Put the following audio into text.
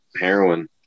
heroin